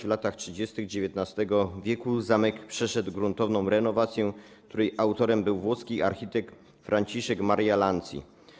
W latach 30. XIX w. zamek przeszedł gruntowną renowację, której autorem był włoski architekt Franciszek Maria Lanci.